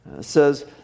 says